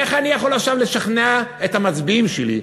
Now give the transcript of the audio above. איך אני יכול עכשיו לשכנע את המצביעים שלי,